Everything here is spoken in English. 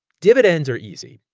dividends are easy.